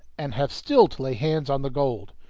and have still to lay hands on the gold!